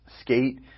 Skate